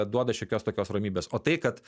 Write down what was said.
duoda šiokios tokios ramybės o tai kad